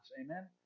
amen